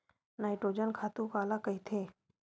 Nitrogen खातु काला कहिथे?